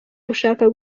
gushaka